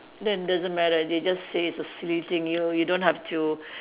then doesn't matter they just say it's a silly thing you you don't have to